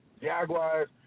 Jaguars